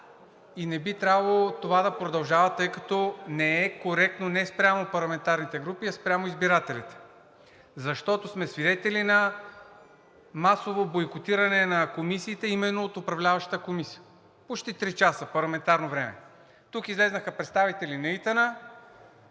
и не би трябвало това да продължава, тъй като не е коректно не спрямо парламентарните групи, а спрямо избирателите. Защото сме свидетели на масово бойкотиране на комисиите именно от управляващата коалиция. Почти три часа парламентарно време. Тук излязоха представители на ИТН